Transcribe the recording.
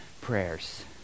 prayers